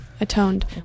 Atoned